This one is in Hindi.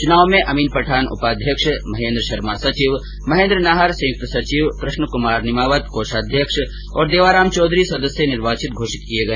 चुनाव में अमीन पठान उपाध्यक्ष महेन्द्र शर्मा सचिव महेन्द्र नाहर संयक्त सचिव कृष्ण कुमार निर्मावत कोषाध्यक्ष और देवाराम चौधरी सदस्य निर्वाचित घोषित किए गए